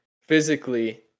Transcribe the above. Physically